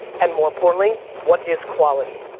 and, more importantly what is quality?